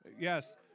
Yes